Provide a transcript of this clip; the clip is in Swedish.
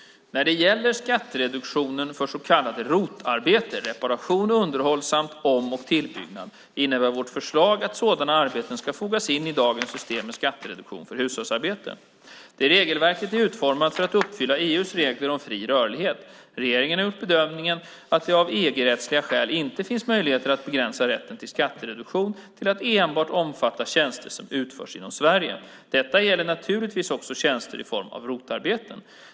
När det gäller skattereduktionen för så kallade ROT-arbeten, reparation, underhåll samt om och tillbyggnad, innebär vårt förslag att sådana arbeten ska fogas in i dagens system med skattereduktion för hushållsarbete. Det regelverket är utformat för att uppfylla EU:s regler om fri rörlighet. Regeringen har gjort bedömningen att det av EG-rättsliga skäl inte finns möjlighet att begränsa rätten till skattereduktion till att enbart omfatta tjänster som utförs inom Sverige. Detta gäller naturligtvis också tjänster i form av ROT-arbeten.